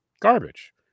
garbage